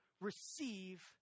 receive